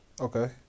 Okay